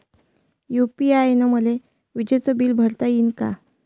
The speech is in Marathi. यू.पी.आय न मले विजेचं बिल भरता यीन का?